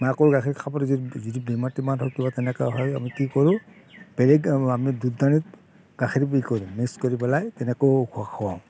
মাকৰ গাখীৰ খাবলৈ যদি বেমাৰ তেমাৰ হয় তেনেকৈ হয় আমি কি কৰোঁ বেলেগ আমি দুধদানিত গাখীৰ ই কৰোঁ মিক্স কৰাই তেনেকৈও খুৱাওঁ